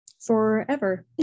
Forever